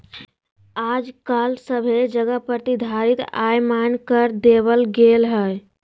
आजकल सभे जगह प्रतिधारित आय मान्य कर देवल गेलय हें